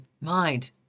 mind